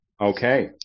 Okay